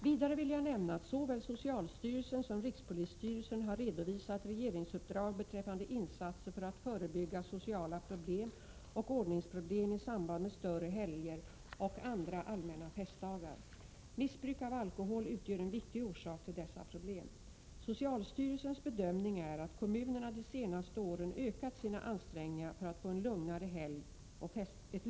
Vidare vill jag nämna att såväl socialstyrelsen som rikspolisstyrelsen har redovisat regeringsuppdrag beträffande insatser för att förebygga sociala problem och ordningsproblem i samband med större helger och andra Prot. 1987/88:129 allmänna festdagar. Missbruk av alkohol utgör en viktig orsak till dessa 30 maj 1988 problem. Socialstyrelsens bedömning är att kommunerna de senaste åren ökat sina ansträngningar för att få ett lugnare helgoch festfirande.